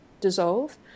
dissolve